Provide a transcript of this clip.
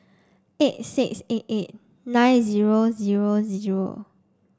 eight six eight eight nine zero zero zero